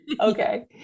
okay